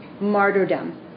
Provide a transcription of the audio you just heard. martyrdom